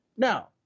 Now